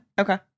Okay